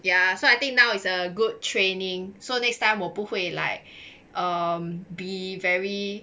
ya so I think now is a good training so next time 我不会 like um be very